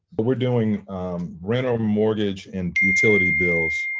but we're doing rent or mortgage and utility bills.